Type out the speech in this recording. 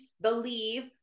Believe